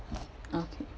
okay